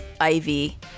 Ivy